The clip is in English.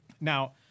Now